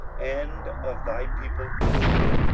and of thy people israel,